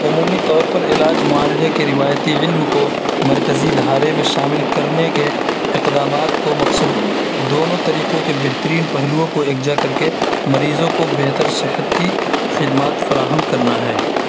عمومی طور پر علاج معالجے کے روایتی علم کو مرکزی دھارے میں شامل کرنے کے اقدامات کو مقصد دونوں طریقوں کے بہترین پہلوؤں کو یکجا کر کے مریضوں کو بہتر صحت کی خدمات فراہم کرنا ہے